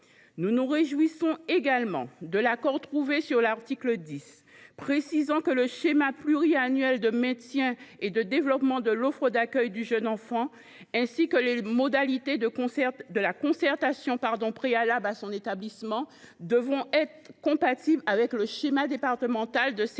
Nous nous réjouissons également de l’accord trouvé sur l’article 10, précisant que le schéma pluriannuel de maintien et de développement de l’offre d’accueil du jeune enfant ainsi que les modalités de la concertation préalable à son établissement devront être compatibles avec le schéma départemental des services